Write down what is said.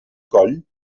coll